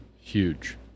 Huge